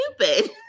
stupid